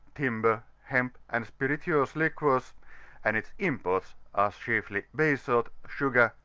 timber, hemp, and spirituous liquors and its imports are chiefly bay-salt, sugar,